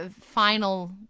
final